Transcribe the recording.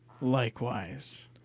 Likewise